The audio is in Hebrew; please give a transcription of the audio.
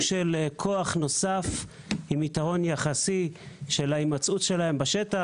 של כוח נוסף עם יתרון יחסי של ההימצאות שלהם בשטח.